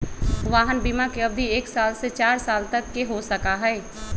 वाहन बिमा के अवधि एक साल से चार साल तक के हो सका हई